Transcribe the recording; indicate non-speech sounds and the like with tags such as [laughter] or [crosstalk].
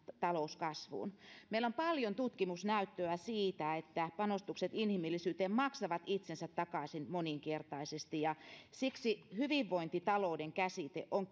talouskasvuun meillä on paljon tutkimusnäyttöä siitä että panostukset inhimillisyyteen maksavat itsensä takaisin moninkertaisesti ja siksi hyvinvointitalouden käsite on [unintelligible]